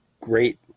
great